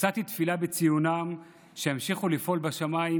נשאתי תפילה בציונם, שימשיכו לפעול בשמיים